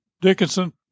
Dickinson